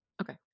Okay